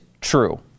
true